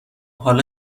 حالا